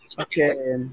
Okay